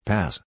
Pass